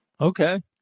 Okay